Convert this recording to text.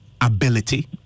ability